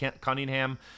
Cunningham